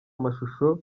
amashusho